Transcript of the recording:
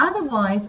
Otherwise